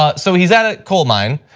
ah so he's at a coal mine,